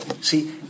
See